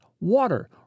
water